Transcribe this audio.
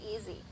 easy